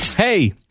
Hey